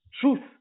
Truth